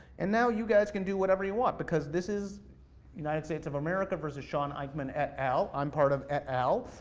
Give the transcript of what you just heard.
and now, you guys can do whatever you want, because this is united states of america versus shawn eichman et al, i'm part of et al.